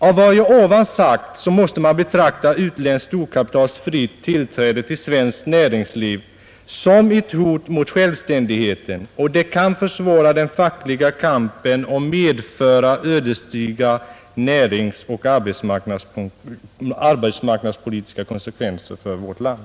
Av vad jag här sagt framgår att man måste betrakta utländskt storkapitals fria tillträde till svenskt näringsliv som ett hot mot självständigheten. Det kan försvåra den fackliga kampen och medföra ödesdigra näringsoch arbetsmarknadspolitiska konsekvenser för vårt land.